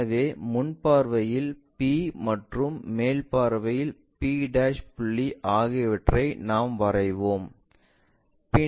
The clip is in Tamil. எனவே முன் பார்வையில் p மற்றும் மேல் பார்வையில் p புள்ளி ஆகியவற்றை நாம் வரைவோம்